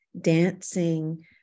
dancing